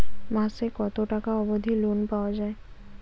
মাসে কত টাকা অবধি লোন পাওয়া য়ায়?